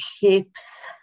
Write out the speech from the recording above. hips